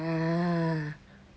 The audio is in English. ah